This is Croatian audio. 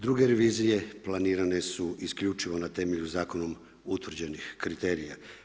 Druge revizije planirane su isključivo na temelju zakonom utvrđenih kriterija.